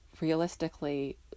realistically